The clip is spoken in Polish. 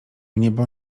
niebo